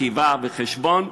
כתיבה וחשבון,